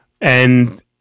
And-